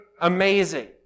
amazing